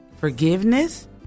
forgiveness